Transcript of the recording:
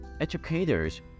Educators